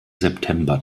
september